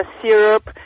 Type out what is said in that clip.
syrup